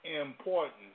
important